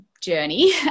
journey